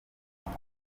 yabo